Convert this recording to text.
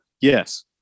yes